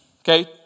okay